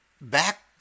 back